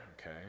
okay